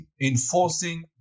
enforcing